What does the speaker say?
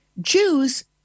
Jews